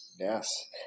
Yes